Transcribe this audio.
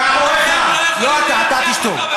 בית המשפט, לא אתה, אתה תשתוק.